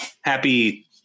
Happy